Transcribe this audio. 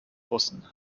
russen